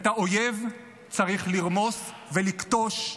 את האויב צריך לרמוס ולכתוש.